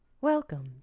Welcome